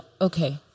Okay